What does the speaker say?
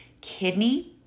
kidney